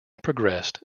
progressed